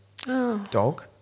dog